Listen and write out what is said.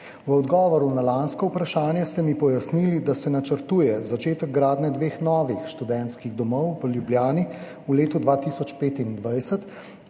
V odgovoru na lansko vprašanje ste mi pojasnili, da se načrtuje začetek gradnje dveh novih študentskih domov v Ljubljani v letu 2025,